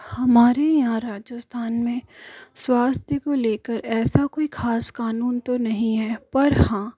हमारे यहाँ राजस्थान में स्वास्थय को लेकर ऐसा कोई ख़ास क़ानून तो नहीं है पर हाँ